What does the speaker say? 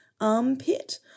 armpit